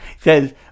says